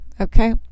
Okay